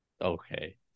Okay